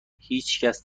هیچکس